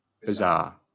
bizarre